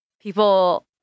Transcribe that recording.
people